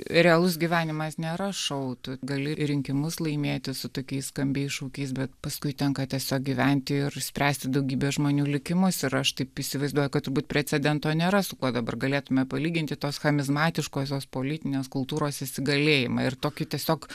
realus gyvenimas nėra šou tu gali ir rinkimus laimėti su tokiais skambiais šūkiais bet paskui tenka tiesiog gyventi ir spręsti daugybės žmonių likimus ir aš taip įsivaizduoju kad turbūt precedento nėra su kuo dabar galėtume palyginti tos chamizmatiškosios politinės kultūros įsigalėjimą ir tokį tiesiog